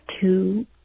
two